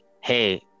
hey